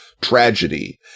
tragedy